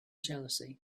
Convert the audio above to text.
jealousy